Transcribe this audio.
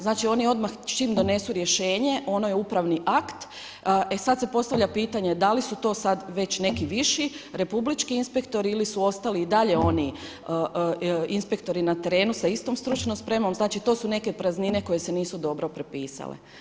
Znači oni odmah čim donesu rješenje, ono je upravni akt, e sad se postavlja pitanje da li su to sad već neki viši, republički inspektori ili su ostali i dalje oni inspektori na terenu sa istom stručnom spremom, znači to su neke praznine koje se nisu prepisale.